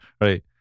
right